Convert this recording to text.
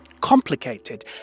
complicated